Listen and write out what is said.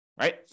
right